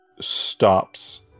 stops